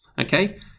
okay